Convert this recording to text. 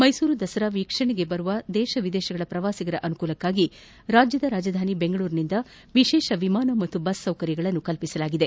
ಮೈಸೂರು ದಸರಾ ವೀಕ್ಷಣೆಗೆ ಆಗಮಿಸುವ ದೇಶ ವಿದೇಶಗಳ ಪ್ರವಾಸಿಗರ ಅನುಕೂಲಕ್ಕಾಗಿ ರಾಜ್ಯದ ರಾಜಧಾನಿ ಬೆಂಗಳೂರಿನಿಂದ ವಿಶೇಷ ವಿಮಾನ ಹಾಗೂ ಬಸ್ ಸೌಕರ್ಯಗಳನ್ನು ಕಲ್ಪಿಸಲಾಗಿದೆ